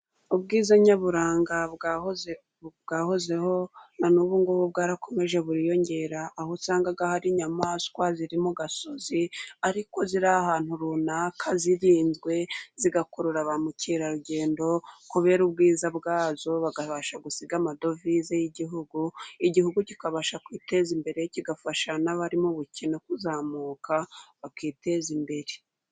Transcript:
Ubwiza nyaburanga bwahozeho na n'ubungubu bwarakomeje buriyongera, aho usanga hari inyamaswa ziri mu misozi, ariko ziri ahantu runaka zirinzwe, zigakurura ba mukerarugendo kubera ubwiza bwazo, bakabasha gusiga amadovize y'igihugu, igihugu kikabasha kwiteza imbere, kigafasha n'abari mu bukene kuzamuka bakiteza imbere.